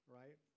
right